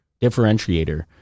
differentiator